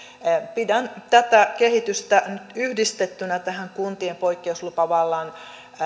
pidän tätä kehitystä yhdistettynä tähän kuntien poikkeuslupavallan